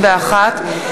51),